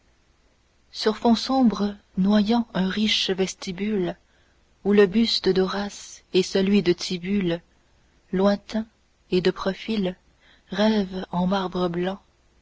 sur fond sombre noyant un riche vestibule où le buste d'horace et celui de tibulle lointain et de profil rêvent en marbre blanc